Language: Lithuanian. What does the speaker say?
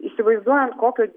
įsivaizduojant kokio